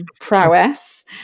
prowess